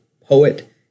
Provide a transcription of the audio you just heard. poet